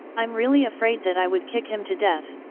i'm really afraid that i would kick him to death!